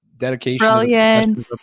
Dedication